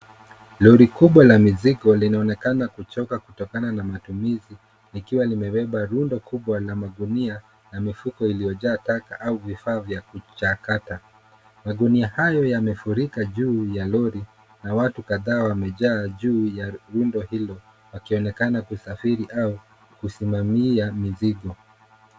Lori kubwa la mizigo linaonekana kuchoka kutokana na matumizi likiwa limebeba rundo kubwa la magunia na mifuko iliyojaa taka au vifaa vya kuchakata. Magunia hayo yamefurika juu ya lori na watu kadhaa wamejaa juu ya rundo hilo wakionekana kusafiri au kusimamia mizigo.